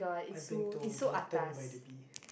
I've been to Glutton by the B